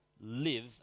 live